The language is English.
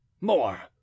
more